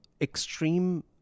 extreme